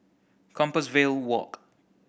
Compassvale Walk